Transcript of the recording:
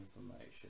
information